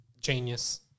Genius